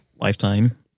lifetime